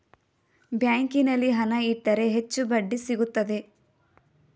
ಬ್ಯಾಂಕಿನಲ್ಲಿ ಹಣ ಇಟ್ಟರೆ ಹೆಚ್ಚು ಬಡ್ಡಿ ಸಿಗುತ್ತದೆ